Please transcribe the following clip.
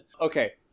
Okay